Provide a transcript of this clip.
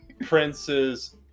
Prince's